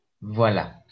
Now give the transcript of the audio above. voilà